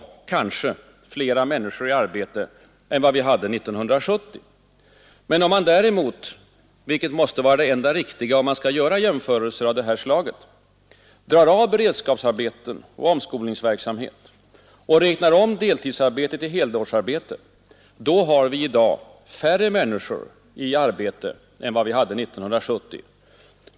Om man i det här kanske, flera människor i arbete än vad vi hade år 1970. Om man däremot — vilket måste vara det enda riktiga, om man skall göra jämförelser av det här slaget — drar av beredskapsarbeten och omskolningsverksamhet och räknar om deltidsarbetet i helårsarbete, då har vi i dag färre människor i arbete än vad vi hade 1970.